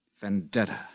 Vendetta